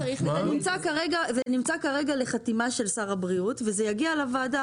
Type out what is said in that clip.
זה נמצא כרגע לחתימה של שר הבריאות וזה יגיע לוועדה.